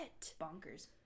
Bonkers